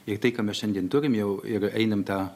ir tai ką mes šiandien turim jau ir einam tą